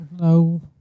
No